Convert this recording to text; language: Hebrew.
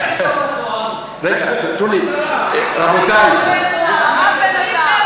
לילה טוב, רגע, תיתנו לי, רב בן עטר,